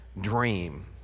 dream